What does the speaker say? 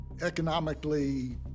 economically